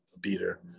beater